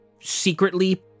secretly